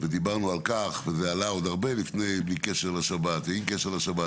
דיברנו על כך בלי קשר לשבת ועם קשר לשבת,